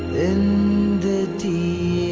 in the